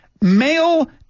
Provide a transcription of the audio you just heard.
male